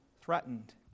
threatened